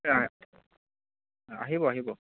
আহিব আহিব